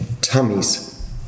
tummies